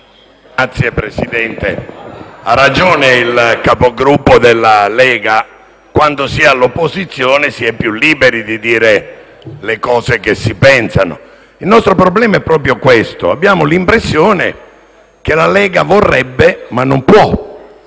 Signor Presidente, ha ragione il Capogruppo della Lega: quando si è all'opposizione, si è più liberi di dire le cose che si pensano. Il nostro problema è proprio questo: abbiamo l'impressione che la Lega vorrebbe, ma non può.